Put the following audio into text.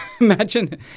imagine